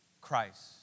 Christ